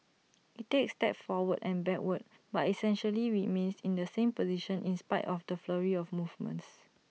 IT takes steps forward and backward but essentially remains in the same position in spite of the flurry of movements